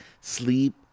sleep